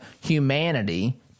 humanity